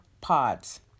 pods